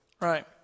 right